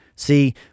See